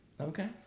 Okay